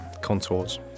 contours